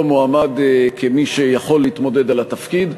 מועמד כמי שיכול להתמודד על התפקיד,